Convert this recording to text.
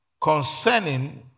concerning